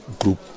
group